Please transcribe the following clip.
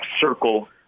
circle